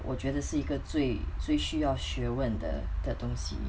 我觉得是一个最最需要学问的的东西